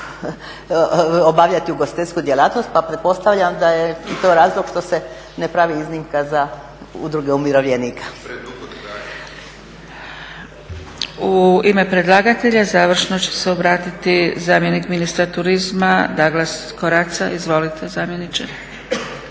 obavljati ugostiteljsku djelatnost pa pretpostavljam da je to razlog što se ne pravi iznimka za udruge umirovljenika. **Zgrebec, Dragica (SDP)** U ime predlagatelja završno će se obratiti zamjenik ministra turizma Daglas Koraca. Izvolite zamjeniče.